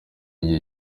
igihe